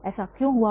ऐसा क्यों हुआ